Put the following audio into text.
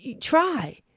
try